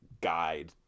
guide